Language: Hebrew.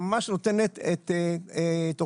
שממש נותנת תוכנית,